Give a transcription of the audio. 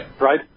Right